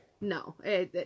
No